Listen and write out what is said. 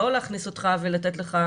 לא להכניס אותך ולתת לך